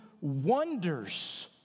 wonders